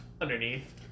underneath